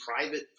private